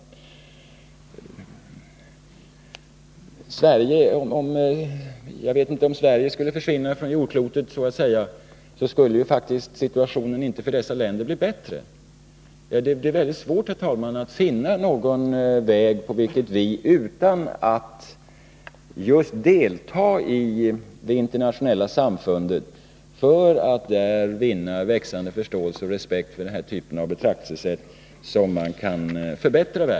Om Sverige så att säga skulle försvinna från jordklotet, skulle situationen för dessa länder inte bli bättre. Det är väldigt svårt att finna någon väg att förbättra världen utom just att delta i de internationella samfunden för att där försöka vinna växande förståelse och respekt för det här betraktelsesättet.